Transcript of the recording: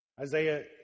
Isaiah